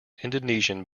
indonesian